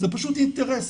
זה פשוט אינטרס.